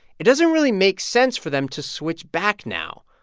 it doesn't really make sense for them to switch back now.